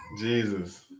Jesus